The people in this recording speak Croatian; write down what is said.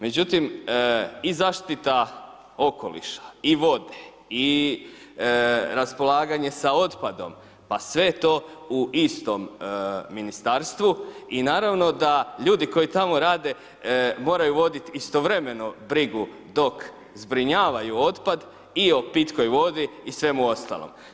Međutim i zaštita okoliša i vode i raspolaganje sa otpadom pa sve je to u istom ministarstvu i naravno da ljudi koji tamo rade moraju voditi istovremeno brigu dok zbrinjavaju otpad i o pitkoj vodi i svemu ostalom.